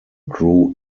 grew